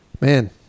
man